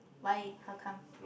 why how come